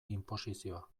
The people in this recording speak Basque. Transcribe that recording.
inposizioa